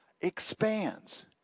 expands